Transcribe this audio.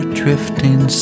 drifting